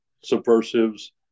subversives